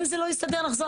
אם זה לא יסתדר נחזור.